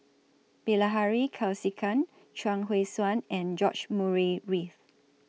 Bilahari Kausikan Chuang Hui Tsuan and George Murray Reith